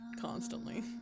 constantly